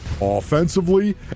Offensively